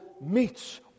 meets